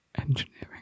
engineering